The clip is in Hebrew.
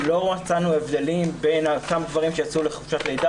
לא מצאנו הבדלים בין אותם גברים שיצאו לחופשת לידה